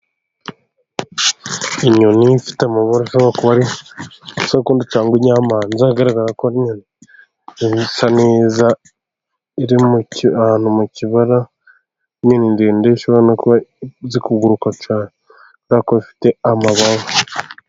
Inyoni ifite amababa ishobora kuba ari isarukondo cyangwa inyamanza, igaragara ko ari inyoni isa neza. Iri ahantu mu kibara ikaba ari inyoni ndende ishobora no kuba ikunze kuguruka cyane, kubera ko ifite amababa.